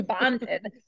bonded